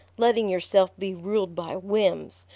letting yourself be ruled by whims,